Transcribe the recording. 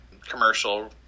commercial